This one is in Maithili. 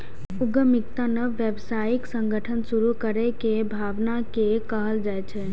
उद्यमिता नव व्यावसायिक संगठन शुरू करै के भावना कें कहल जाइ छै